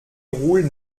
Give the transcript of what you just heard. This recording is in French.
roule